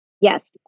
Yes